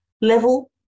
level